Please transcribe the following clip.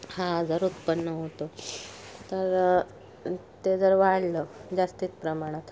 हा जर उत्पन्न होतो तर ते जर वाढलं जास्तीत प्रमाणात